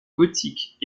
gothiques